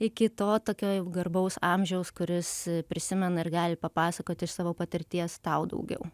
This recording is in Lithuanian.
iki to tokio jau garbaus amžiaus kuris prisimena ir gali papasakoti iš savo patirties tau daugiau